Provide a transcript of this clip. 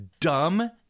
dumb